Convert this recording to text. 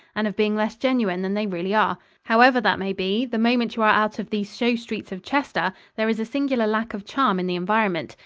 and of being less genuine than they really are. however that may be, the moment you are out of these show-streets of chester, there is a singular lack of charm in the environment.